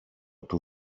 του